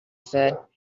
said